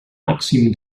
màxim